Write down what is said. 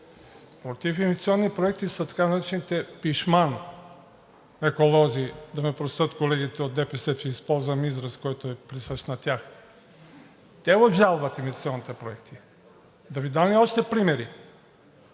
Против инвестиционните проекти са така наречените пишман еколози – да ме простят колегите от ДПС, че използвам израз, който е присъщ на тях – те обжалват инвестиционните проекти. Да Ви дам ли още примери?